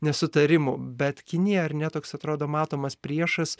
nesutarimų bet kinija ar ne toks atrodo matomas priešas